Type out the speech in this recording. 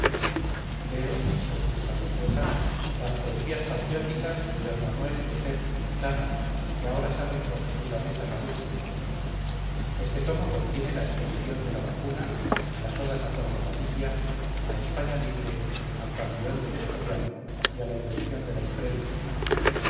leo repuso la condesa las poesías patrióticas de d manuel josef quintana que ahora salen por segunda vez a luz este tomo contiene la expedición de la vacuna las odas a juan de padilla a españa libre al panteón del escorial y a la invención de la imprenta